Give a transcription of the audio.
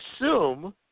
assume